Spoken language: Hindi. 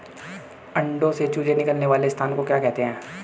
अंडों से चूजे निकलने वाले स्थान को क्या कहते हैं?